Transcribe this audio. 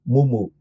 Mumu